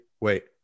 Wait